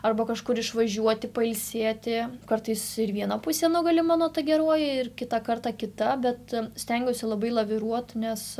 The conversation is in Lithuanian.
arba kažkur išvažiuoti pailsėti kartais ir viena pusė nugali mano ta geroji ir kitą kartą kita bet stengiuosi labai laviruot nes